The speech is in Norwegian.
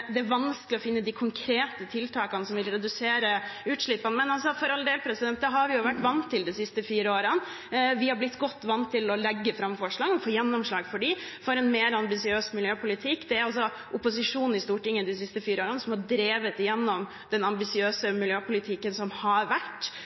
Det er vanskelig å finne de konkrete tiltakene som vil redusere utslippene. Men – for all del – det har vi vært vant til de siste fire årene. Vi har blitt godt vant til å legge fram forslag og få gjennomslag for dem, for en mer ambisiøs miljøpolitikk. Det er opposisjonen i Stortinget som de siste fire årene har drevet igjennom den ambisiøse